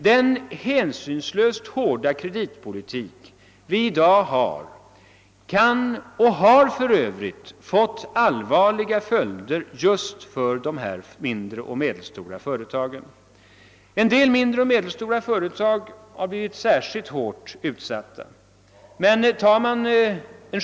Den hänsynslöst hårda kreditpolitik vi i dag har kan få och har för övrigt också fått allvarliga följder för mindre och medelstora företag, som blivit särskilt hårt utsatta.